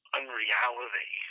unreality